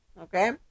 okay